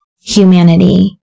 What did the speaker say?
humanity